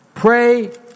Pray